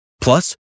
Plus